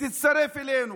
ותצטרף אלינו.